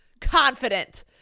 confident